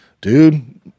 dude